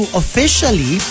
officially